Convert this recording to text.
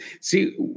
See